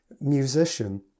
musician